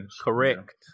Correct